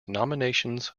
nominations